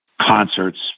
concerts